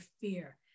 fear